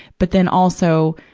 but then, also,